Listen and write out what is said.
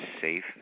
safe